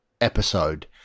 episode